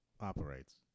operates